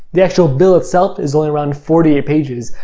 the actual bill itself is only around forty eight pages,